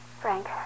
Frank